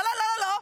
לא לא לא לא לא.